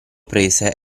prese